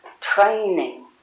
training